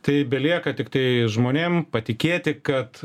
tai belieka tiktai žmonėm patikėti kad